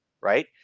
right